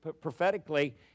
prophetically